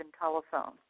telephone